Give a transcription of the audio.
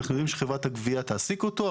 אנחנו יודעים שחברת הגבייה תעסיק אותו.